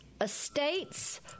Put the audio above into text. estates